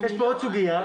יש עוד סוגיה.